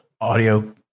audio